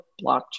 blockchain